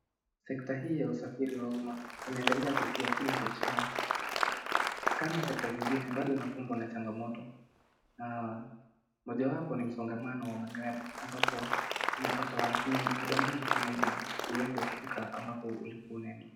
Sekta hii ya usafiri wa umma inaendelea kukua kila kuchao, kama sekta zingine bado inakumbwa na changamoto na mojawapo ni msongamano wa magari, ambapo unapata wanatumia muda mwingi sana ili uweze kufika ambapo ulikua unaenda.